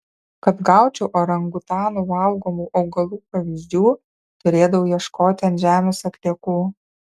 kad gaučiau orangutanų valgomų augalų pavyzdžių turėdavau ieškoti ant žemės atliekų